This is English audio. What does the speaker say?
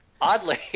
Oddly